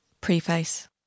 Preface